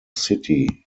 city